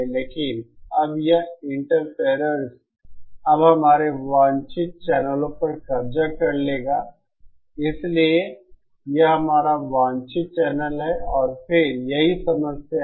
लेकिन अब यह इंटरफेरर्स अब हमारे वांछित चैनलों पर कब्जा कर लेगा इसलिए यह हमारा वांछित चैनल है और फिर यही समस्या है